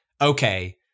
okay